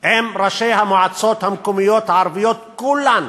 ראשי המועצות המקומיות הערביות כולן,